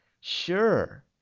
Sure